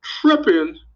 tripping